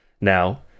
Now